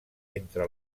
entre